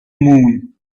moon